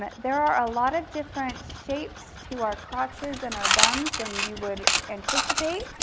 there are a lot of different shapes to our crutches and our bums than you would anticipate,